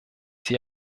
sie